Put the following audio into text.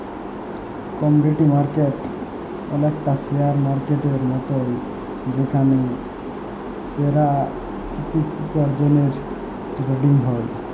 commodity market অলেকটা share মার্কেটের মতল যেখালে পেরাকিতিক উপার্জলের টেরেডিং হ্যয়